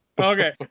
Okay